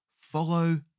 Follow